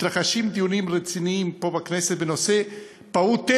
מתרחשים פה בכנסת דיונים רציניים בנושא פעוט-ערך,